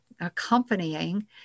accompanying